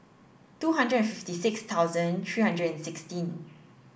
two hundred and fifty six thousand three hundred and sixteen